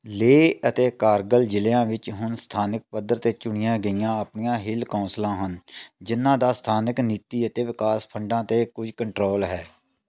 ਲੇਹ ਅਤੇ ਕਾਰਗਿਲ ਜ਼ਿਲ੍ਹਿਆਂ ਵਿੱਚ ਹੁਣ ਸਥਾਨਕ ਪੱਧਰ 'ਤੇ ਚੁਣੀਆਂ ਗਈਆਂ ਆਪਣੀਆਂ ਹਿੱਲ ਕੌਂਸਲਾਂ ਹਨ ਜਿਨ੍ਹਾਂ ਦਾ ਸਥਾਨਕ ਨੀਤੀ ਅਤੇ ਵਿਕਾਸ ਫੰਡਾਂ 'ਤੇ ਕੁਝ ਕੰਟਰੋਲ ਹੈ